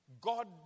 God